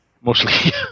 Mostly